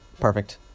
Perfect